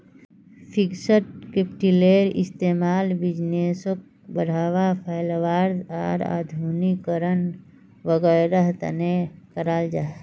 fixed कैपिटलेर इस्तेमाल बिज़नेसोक बढ़ावा, फैलावार आर आधुनिकीकरण वागैरहर तने कराल जाहा